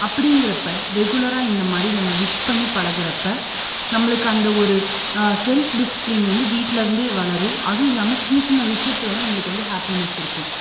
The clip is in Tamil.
அப்டிங்கிறப்ப ரெகுலராக இந்த மாதிரி நம்ம விஷ் பண்ணி பழகுகிறப்ப நம்மளுக்கு அந்த ஒரு செல்ஃப் டிஸ்பிளின் வந்து வீட்டில் இருந்தே வளரும் அதுவும் இல்லாமல் சின்ன சின்ன விஷயத்தில் வந்து நம்மளுக்கு வந்து ஹாப்பினஸ் இருக்கும்